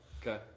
okay